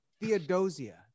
Theodosia